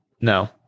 No